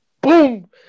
boom